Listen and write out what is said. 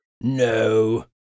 No